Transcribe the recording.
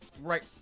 Right